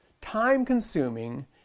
time-consuming